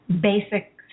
basic